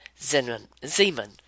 Zeman